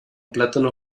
plátano